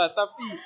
tapi